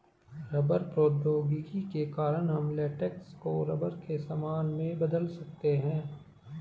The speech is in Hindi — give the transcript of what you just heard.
रबर प्रौद्योगिकी के कारण हम लेटेक्स को रबर के सामान में बदल सकते हैं